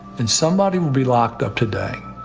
then somebody will be locked up today,